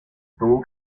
tuvo